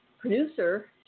producer